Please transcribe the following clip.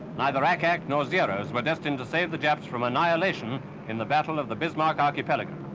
neither ack-ack nor zeroes were destined to save the japs from annihilation in the battle of the bismarck archipelago.